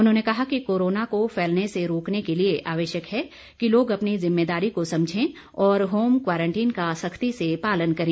उन्होंने कहा कि कोरोना को फैलने से रोकने के लिए आवश्यक है कि लोग अपनी ज़िम्मेदारी को समझे और होम क्वारंटीन का सख्ती से पालन करें